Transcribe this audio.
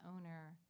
owner